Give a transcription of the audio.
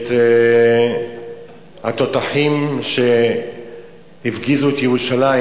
והתותחים שהפגיזו את ירושלים.